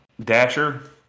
Dasher